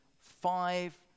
five